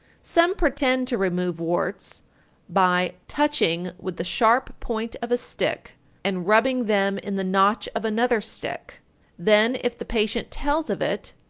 some pretend to remove warts by touching with the sharp point of a stick and rubbing them in the notch of another stick then if the patient tells of it,